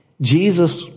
Jesus